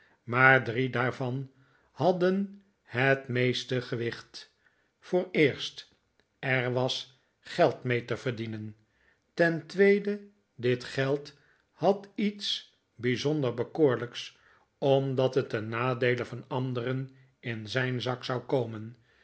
maar drie daarvan hadden het meeste gewicht vooreerst er was geld mee te verdienen ten tweede dit geld had iets bijzonder bekoorlijks omdat het ten nadeele van anderen in zijn zak zou komen